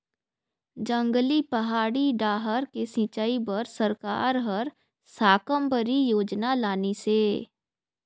जंगली, पहाड़ी डाहर के सिंचई बर सरकार हर साकम्बरी योजना लानिस हे